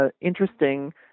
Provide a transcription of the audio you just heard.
interesting